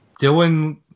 Dylan